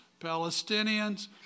Palestinians